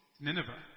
Nineveh